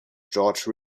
george